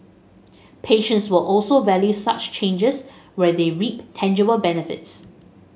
patients will also value such changes where they reap tangible benefits